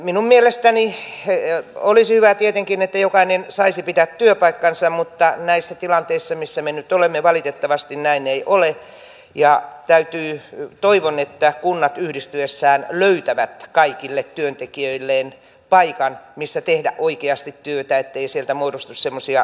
minun mielestäni olisi hyvä tietenkin että jokainen saisi pitää työpaikkansa mutta näissä tilanteissa missä me nyt olemme valitettavasti näin ei ole ja toivon että kunnat yhdistyessään löytävät kaikille työntekijöilleen paikan missä tehdä oikeasti työtä ettei sieltä muodostu semmoisia suojatyöpaikkoja